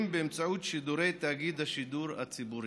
באמצעות שידורי תאגיד השידור הציבורי.